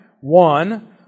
one